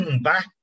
back